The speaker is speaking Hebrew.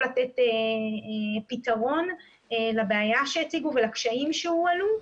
לתת פתרון לבעיה שהציגו ולקשיים שהועלו,